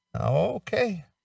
Okay